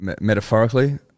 metaphorically